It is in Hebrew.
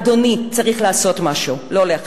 אדוני, צריך לעשות משהו, לא להחרים.